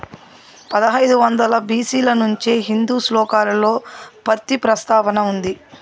పదహైదు వందల బి.సి ల నుంచే హిందూ శ్లోకాలలో పత్తి ప్రస్తావన ఉంది